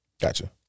Gotcha